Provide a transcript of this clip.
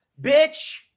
Bitch